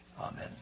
Amen